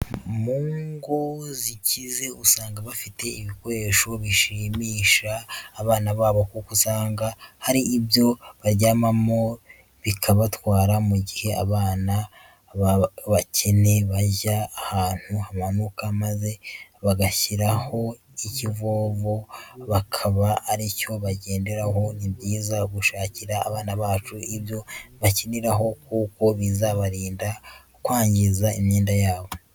Mu ngo zikize usanga bafite ibikoresho bishimisha abana babo kuko usanga hari ibyo baryamamo bikabatwa mu gihe abana babakene bajya ahantu hamanuka maze bagashyiraho ikivovo bakaba aricyo bagenderaho, ni byiza gushakira abana bacu ibyo bakiniraho kuko bizabarinda kwangiza imyenda yabo.